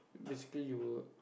basically you will